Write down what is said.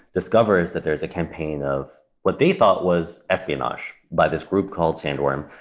discovers that there was a campaign of what they thought was espionage by this group called sandworm.